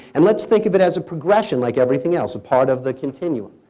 and let's think of it as a progression like everything else, a part of the continuum.